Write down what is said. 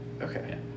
Okay